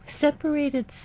separated